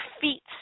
feet